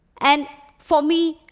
and for me,